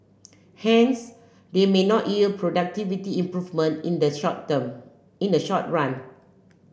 hence they may not yield productivity improvement in the short term in the short run